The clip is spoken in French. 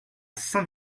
saint